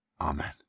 Amen